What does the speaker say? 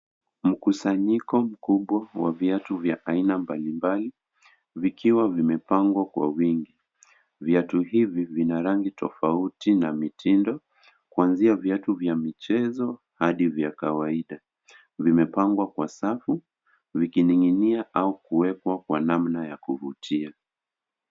Musanyiko mkubwa wa viatu vya aina mbali mbali vikiwa vimepangwa kwa wingi. Viatu hivi vina rangi tofauti na mitindo, kuanzia viatu vya michezo hadi vya kawaida. Vimepangwa kwa safu vikining'inia au kuwekwa kwa namna ya kuvutia.